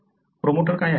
promoter काय आहेत